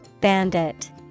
bandit